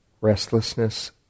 restlessness